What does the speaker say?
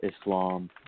Islam